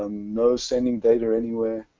ah no sending data anywhere.